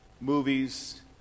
movies